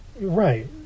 Right